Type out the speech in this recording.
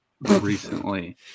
recently